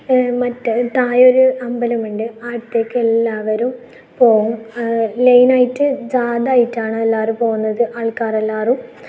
മറ്റൊ താഴെ ഒരമ്പലമുണ്ട് അവിടുത്തേക്ക് എല്ലാവരും പോകും ലൈനായിട്ട് ജാതയായിട്ടാണ് എല്ലാവരും പോകുന്നത് ആൾക്കാരെല്ലാവരും